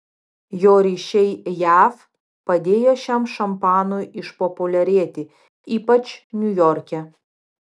jo ryšiai jav padėjo šiam šampanui išpopuliarėti ypač niujorke